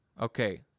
Okay